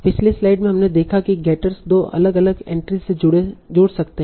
पिछली स्लाइड में हमने देखा कि गेटर्स दो अलग अलग एंट्रीज़ से जुड़ सकते हैं